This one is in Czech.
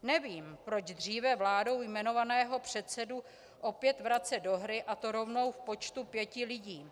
Nevím, proč dříve vládou jmenovaného předsedu opět vracet do hry, a to rovnou v počtu pěti lidí.